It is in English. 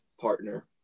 partner